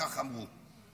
כך אמרו.